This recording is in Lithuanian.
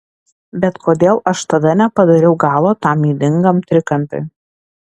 bet kodėl aš tada nepadariau galo tam ydingam trikampiui